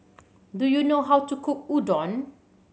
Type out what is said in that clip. do you know how to cook Udon